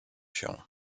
się